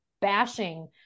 bashing